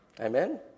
Amen